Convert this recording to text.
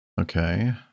Okay